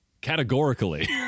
categorically